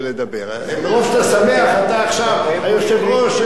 מרוב שאתה שמח אתה עכשיו, היושב-ראש, איך אומרים?